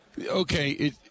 Okay